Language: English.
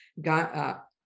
Got